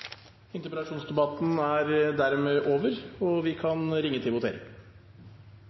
Interpellasjonsdebatten er dermed over. Da er Stortinget klar til å gå til votering.